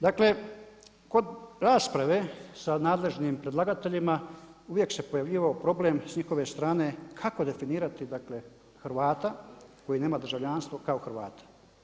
Dakle kod rasprave sa nadležnim predlagateljima uvijek se pojavljivao problem sa njihove strane kako definirati dakle Hrvata koji nema državljanstvo kao Hrvata.